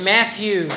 Matthew